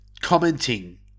commenting